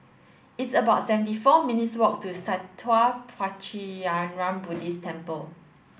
it's about seventy four minutes walk to Sattha Puchaniyaram Buddhist Temple